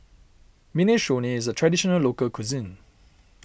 Minestrone is a Traditional Local Cuisine